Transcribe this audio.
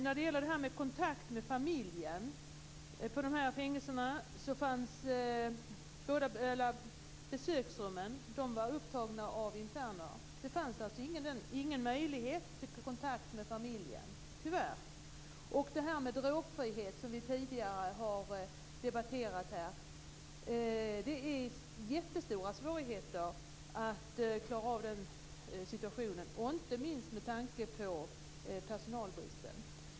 När det gäller kontakt med familjen kan jag berätta att besöksrummen där var upptagna av interner. Det fanns alltså ingen möjlighet till kontakt med familjen - tyvärr! När det gäller drogfriheten, som vi har debatterat tidigare här, vill jag säga att det är jättestora svårigheter att klara av situationen, inte minst med tanke på personalbristen.